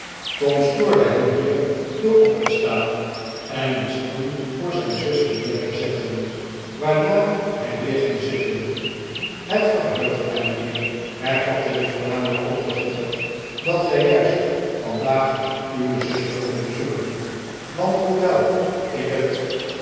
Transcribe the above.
tom stoorde hem hier door op te staan en een stoel voor zijn zuster neer te zetten waarna hij weer ging zitten het verheugt mij mijnheer hervatte de voorname kopergieter dat gij juist vandaag uw zuster komt bezoeken want hoewel ik net